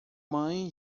mãe